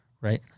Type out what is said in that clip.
right